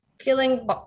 feeling